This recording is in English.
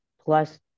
Plus